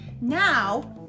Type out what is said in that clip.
now